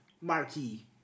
marquee